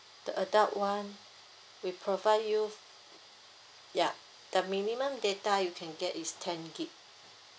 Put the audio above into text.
the adult [one] we provide you ya the minimum data you can get is ten gig